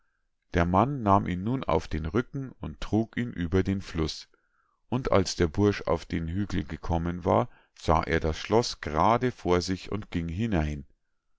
der mann nahm ihn nun auf den rücken und trug ihn über den fluß und als der bursch auf den hügel gekommen war sah er das schloß grade vor sich und ging hinein